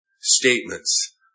statements